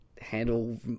handle